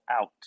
out